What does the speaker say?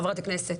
חברת הכנסת.